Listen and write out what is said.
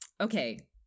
okay